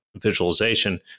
visualization